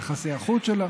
ביחסי החוץ שלה